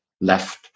left